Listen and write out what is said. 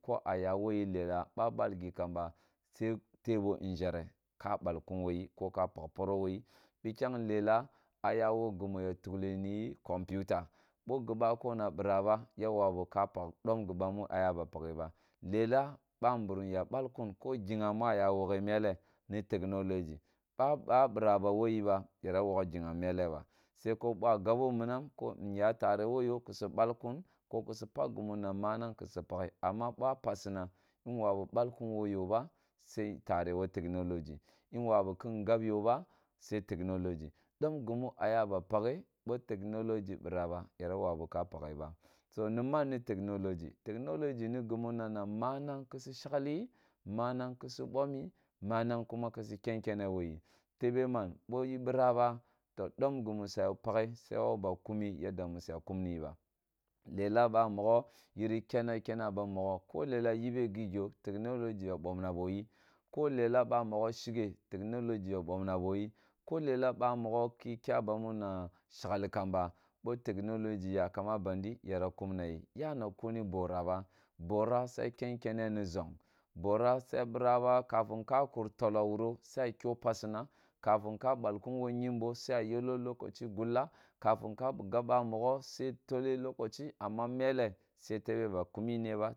Ko ah ya woh yen lelah, ba balgi kambo sai tebo nʒereh ka balkun wohyi koka pakporoh woh yi bikyam lelah, ah ya woh gimi ya tuklini computer boh gibukona biraba yawwa domp gibemi ah ya ba pagheba lelah, babini ya balkun kjegham ma ya woghe mulleh ni technology ba ba biraba woyiba yira wak jegham melleba soko ba gabo minam ka yah tareh woh yoh kusu balkun ki kusu pak gemi na manang kusu paghe gimi na manang amma ba passina yi wawu bulkum woh yoh ba saī ko tare woh technology in wawu kin gab yoh ba sai technology domp gimi ah ya pakghe bo technology borah ba yereh wawu ba pakghe ka. So ni man ni technology? Technology ní gimina na manang su shekhiliyi, manang kusu bomi, manang kuma kusu kenkennaeh woh yi, tebe mana? Boyi bíraba toh domp gimi suya paghe. Su ya wewi bakumi yadda suwa kumiba. Lelah babogho yiri kena kenneh ah bammogho bi lelah yibe gijoh, technology ya bamnaboyi, ko lelah bamogho sheghe, technology ya momnabo yi ko lelah bamogho ko kya bamuma shekhi kamba, boh technology yakam a bandi yira kumna yi, yah na kune borah ba, borah suya kenkenneh ni zong, borah suya biraba kafin ka kur tolloh wuro sai kyo passina, kafin ka balkun ko kyembo sai ah yelloh lokaci gullah kafin ka gab bamimogho, sai tolleh lokaci amma melleh fu yebe ba kumī nwe ba.